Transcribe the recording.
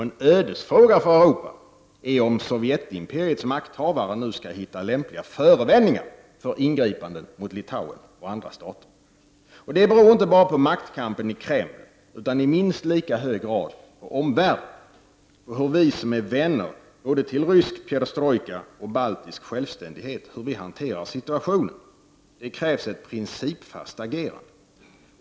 En ödesfråga för Europa är om Sovjetimperiets makthavare nu skall hitta lämpliga förevändningar för ingripanden mot Litauen och andra stater. Det beror inte bara på maktkampen i Kreml, utan i minst lika hög grad på omvärlden, hur vi som är vänner till både rysk perestrojka och baltisk självständighet hanterar situationen. Det krävs ett principfast agerande.